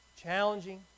challenging